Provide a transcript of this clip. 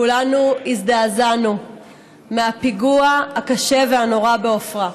כולנו הזדעזענו מהפיגוע הקשה והנורא בעפרה.